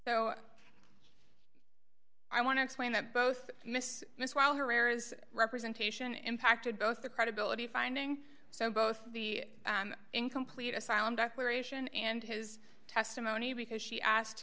so i want to explain that both miss miss while her air is representation impacted both the credibility finding so both the incomplete asylum declaration and his testimony because she asked